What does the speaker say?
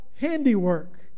handiwork